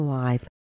life